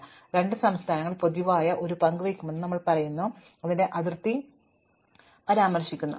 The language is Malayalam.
എപ്പോൾ രണ്ട് സംസ്ഥാനങ്ങൾ പൊതുവായ ഒരു പങ്കുവയ്ക്കുന്നുവെന്ന് ഞങ്ങൾ പറയുന്നു അതിർത്തി അവിടെ ഞങ്ങൾ ഏത് ക്രമത്തെ പരാമർശിക്കുന്നു എന്നത് പ്രശ്നമല്ല